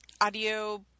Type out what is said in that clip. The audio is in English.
audio